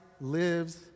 lives